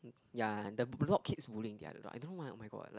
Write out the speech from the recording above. ya and the blog keeps bullying the other dog I don't know why oh-my-god